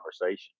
conversation